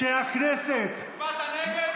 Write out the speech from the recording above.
הצבעת נגד,